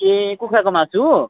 ए कुखुराको मासु